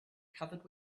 covered